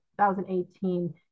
2018